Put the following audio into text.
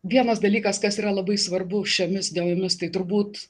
vienas dalykas kas yra labai svarbu šiomis dienomis tai turbūt